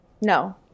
No